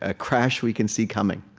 ah crash we can see coming.